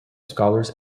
scholars